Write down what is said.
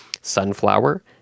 sunflower